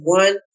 one